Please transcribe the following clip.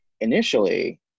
initially